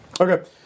okay